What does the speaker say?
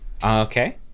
Okay